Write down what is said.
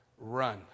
run